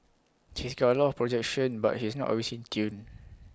he's got A lot of projection but he's not always in tune